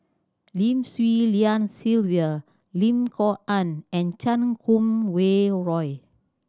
Lim Swee Lian Sylvia Lim Kok Ann and Chan Kum Wah Roy